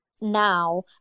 now